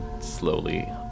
slowly